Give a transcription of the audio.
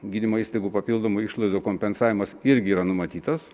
gydymo įstaigų papildomų išlaidų kompensavimas irgi yra numatytas